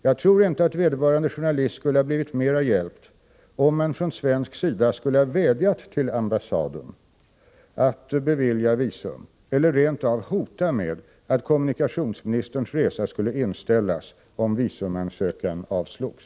Jag tror inte att vederbörande journalist skulle ha blivit mer hjälpt, om man från svensk sida skulle ha vädjat till ambassaden att bevilja visum eller rent av hotat med att kommunikationsministerns resa skulle inställas, om visumansökan avslogs.